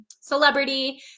celebrity